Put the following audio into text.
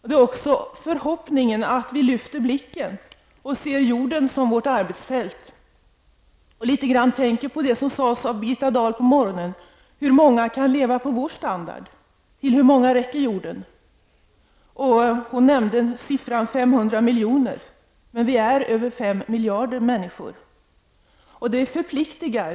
Det är också min förhoppning att vi lyfter blicken och ser jorden som vårt arbetsfält och litet grand tänker på det som Birgitta Dahl sade i morse. Hur många kan leva på samma standardnivå som vi? Till hur många räcker jorden? Birgitta Dahl nämnde siffran 500 miljoner. Men vi är över 5 miljarder människor.